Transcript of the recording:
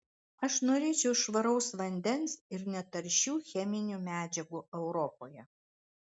aš norėčiau švaraus vandens ir netaršių cheminių medžiagų europoje